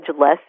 less